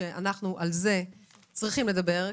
אנחנו צריכים לדבר על זה,